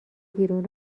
بیرون